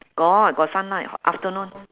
got got sunlight afternoon